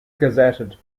gazetted